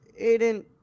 aiden